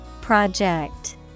Project